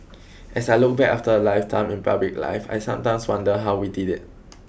as I look back after a lifetime in public life I sometimes wonder how we did it